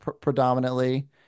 predominantly